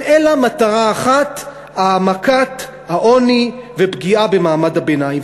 אלה מטרה אחת: העמקת העוני ופגיעה במעמד הביניים.